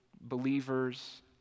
believers